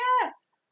Yes